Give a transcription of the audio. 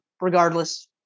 regardless